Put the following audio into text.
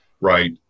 right